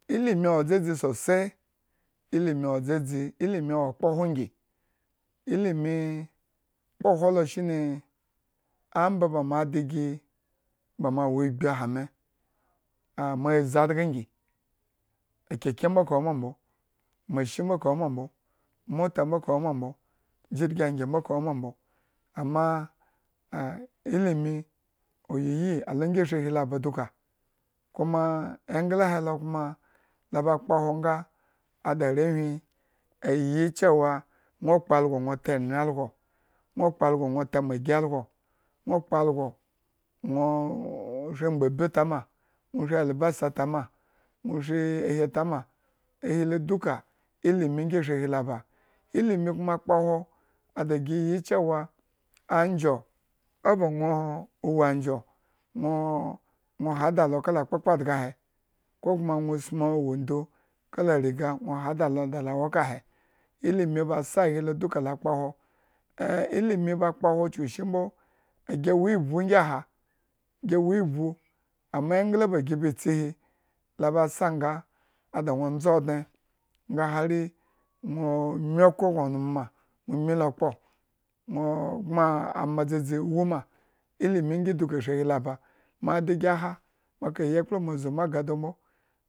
Ilimi wo dzadzi sosai, ilimi wo dzadzi, ilimi awo akpohwo ngi, ilimii kpohwo shine amba ba moadigi ba ma wo ogbi ahame a zi adga ngi, ekeke mbo ka woma mbo, machine bo ka woma mbo, mota mbo ka woma mbo, jirgi angye mbo, mota mbo ka woma mbo. amma e ilimi uyiyi alo ngi shri ahi lo abaduka kuma englahe lo kuma la ba kpahwo nga ada arewhi ayi cewa nwo kpo algo nwo ta engre algo, nwo kpo algo nwo ta magi algo, nwo kpo algo nwo shri mgbabi ta ma, nwo shri alibisa ta ma, nwo shri ahe lota ma, ahi duka ilimi ngi ashri hi lo aba, ilimi kuma kpahwo ada gi cewa, anjh, o ba nwo owu anjho nwoo hada lo kala kpakpadgahe kokuma nwo smi wondou kala riga nwo hada lo da lo wo eka he ilimi ba kpahwo chuku eshi mbo gi wo ivbu ngiha, gi wo ivbu, amma engla ba gi bi tsihi la ba sa nga ada nwo ndza odne nga hari mii okhro gno nmu ma, mii lo kpa nwo gbmo ama dzadzi wuma. ilimi duka shri ahi lo ba moadigi aha, moyi ekplama zu ma agado mbo